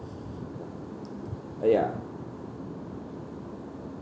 uh ya